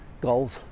goals